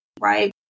right